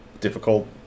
difficult